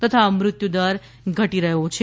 તથા મૃત્યુદર ઘટી રહ્યો છે